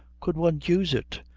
could one use it?